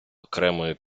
окремою